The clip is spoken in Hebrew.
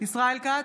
ישראל כץ,